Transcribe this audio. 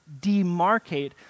demarcate